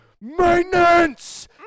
maintenance